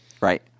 Right